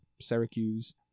Syracuse